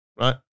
right